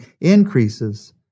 increases